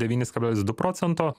devynis kablelis du procento